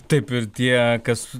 taip ir tie kas